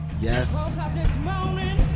yes